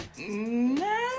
No